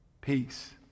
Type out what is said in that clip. Peace